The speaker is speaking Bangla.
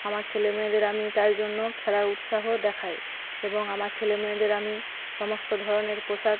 আমার ছেলে মেয়েদের আমি তার জন্য খেলার উৎসাহ দেখাই এবং আমার ছেলে মেয়েদের আমি সমস্ত ধরনের পোশাক